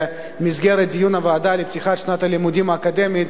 במסגרת דיון הוועדה לפתיחת שנת הלימודים האקדמית,